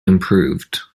improved